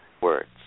words